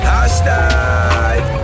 Hashtag